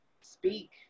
Speak